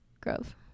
grove